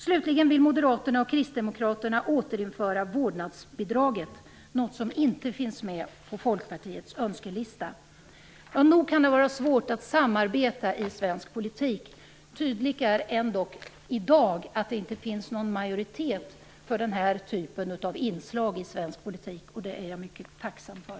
Slutligen vill Moderaterna och Kristdemokraterna återinföra vårdnadsbidraget, något som inte finns med på Folkpartiets önskelista. Nog kan det vara svårt att samarbeta i svensk politik. Tydligt är ändock i dag att det inte finns någon majoritet för denna typ av inslag i svensk politik. Det är jag mycket tacksam för.